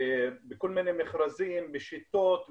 בכל מיני מכרזים ושיטות וזה.